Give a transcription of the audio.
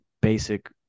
basic